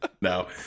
No